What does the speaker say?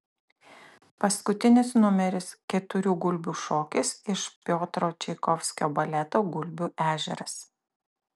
paskutinis numeris keturių gulbių šokis iš piotro čaikovskio baleto gulbių ežeras